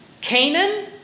Canaan